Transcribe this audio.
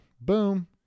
Boom